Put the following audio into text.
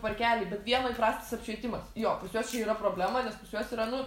parkelį bet vienoj prastas apšvietimas jo pas juos čia yra problema nes pas juos yra nu